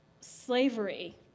slavery